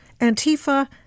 Antifa